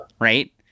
right